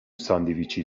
ساندویچی